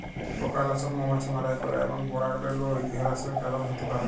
পকালাসক মমাছি মারাই ক্যরে এবং পরাগরেলু হেরাসের কারল হ্যতে পারে